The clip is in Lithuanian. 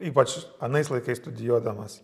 ypač anais laikais studijuodamas